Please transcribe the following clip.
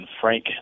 Frank